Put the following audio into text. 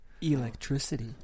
Electricity